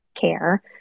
care